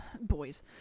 Boys